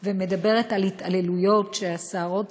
ומדברת על התעללויות שהשערות סומרות.